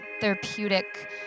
therapeutic